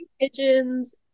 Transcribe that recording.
Pigeons